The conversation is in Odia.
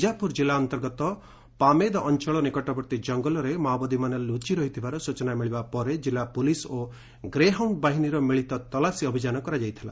ବିଜାପୁର କିଲ୍ଲା ଅନ୍ତର୍ଗତ ପାମେଦ୍ ଅଞ୍ଚଳ ନିକଟବର୍ତ୍ତୀ ଜଙ୍ଗଲରେ ମାଓବାଦୀମାନେ ଲୁଚି ରହିଥିବା ସ୍ଚଚନା ମିଳିବା ପରେ କିଲ୍ଲା ପୁଲିସ୍ ଓ ଗ୍ରେହାଉଣ୍ଡ ବାହିନୀର ମିଳିତ ତଲାସୀ ଅଭିଯାନ କରାଯାଇଥିଲା